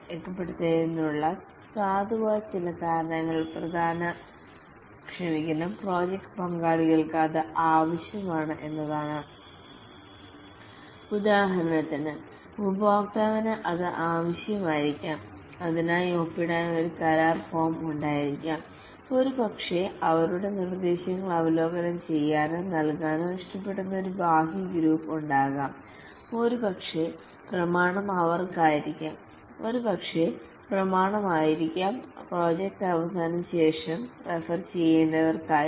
രേഖപ്പെടുത്തുന്നതിനുള്ള സാധുവായ ചില കാരണങ്ങൾ പ്രോജക്റ്റ് പങ്കാളികൾക്ക് അത് ആവശ്യമാണ് എന്നതാണ് ഉദാഹരണത്തിന് ഉപഭോക്താവിന് അത് ആവശ്യമായിരിക്കാം അതിനായി ഒപ്പിടാൻ ഒരു കരാർ ഫോം ഉണ്ടായിരിക്കാം ഒരുപക്ഷേ അവരുടെ നിർദ്ദേശങ്ങൾ അവലോകനം ചെയ്യാനോ നൽകാനോ ഇഷ്ടപ്പെടുന്ന ഒരു ബാഹ്യ ഗ്രൂപ്പ് ഉണ്ടാവാം ഒരുപക്ഷേ പ്രമാണം അവർക്കായിരിക്കും ഒരുപക്ഷേ പ്രമാണം ആയിരിക്കും പ്രോജക്റ്റ് അവസാനിച്ചതിനുശേഷം റഫർ ചെയ്യേണ്ടവർക്കായി